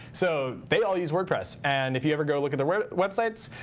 so they all use wordpress. and if you ever go look at their websites,